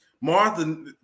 Martha